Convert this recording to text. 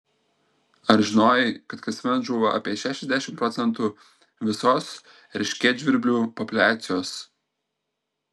ar žinojai kad kasmet žūva apie šešiasdešimt procentų visos erškėtžvirblių populiacijos